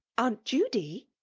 aunt judy?